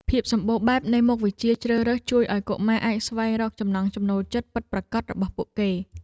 ភាពសម្បូរបែបនៃមុខវិជ្ជាជ្រើសរើសជួយឱ្យកុមារអាចស្វែងរកចំណង់ចំណូលចិត្តពិតប្រាកដរបស់ពួកគេ។